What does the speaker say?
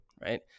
right